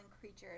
creatures